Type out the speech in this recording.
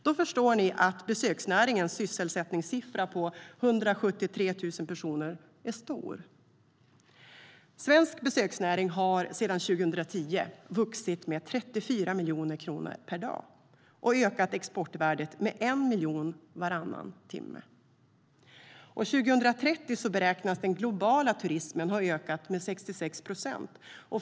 Då förstår ni att besöksnäringens sysselsättningssiffra på 173 000 personer är stor. Svensk besöksnäring har sedan 2010 vuxit med 34 miljoner kronor per dag och ökat exportvärdet med 1 miljon varannan timme. År 2030 beräknas den globala turismen ha ökat med 66 procent.